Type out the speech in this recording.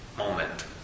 moment